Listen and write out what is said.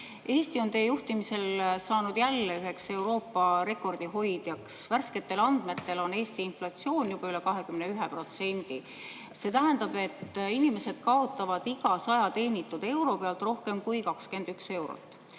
Eesti on teie juhtimisel saanud jälle üheks Euroopa rekordihoidjaks: värsketel andmetel on Eesti inflatsioon juba üle 21%. See tähendab, et inimesed kaotavad iga 100 teenitud euro pealt rohkem kui 21 eurot.